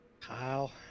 Kyle